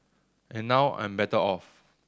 and now I'm better off